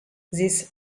this